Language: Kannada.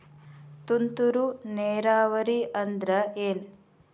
ತುಂತುರು ನೇರಾವರಿ ಅಂದ್ರ ಏನ್?